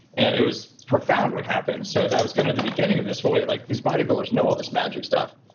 and it was profound what happened. so that was kind of the beginning of this whole way, like this bodybuilders know all this magic stuff.